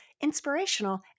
inspirational